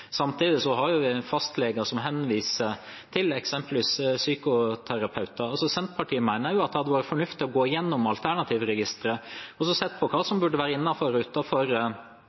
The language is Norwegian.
vi fastleger som henviser til eksempelvis psykoterapeuter. Senterpartiet mener at det hadde vært fornuftig å gå igjennom Alternativregisteret og se på hva som burde være